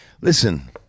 listen